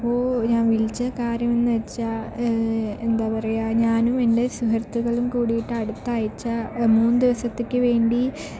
അപ്പോൾ ഞാൻ വിളിച്ച കാര്യം എന്ന് വച്ചാൽ എന്താ പറയുക ഞാനും എൻ്റെ സുഹൃത്തുക്കളും കൂടീട്ട് അടുത്താഴ്ച രണ്ട് മൂന്ന് ദിവസത്തേക്ക് വേണ്ടി